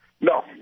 No